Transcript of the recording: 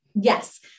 Yes